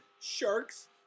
sharks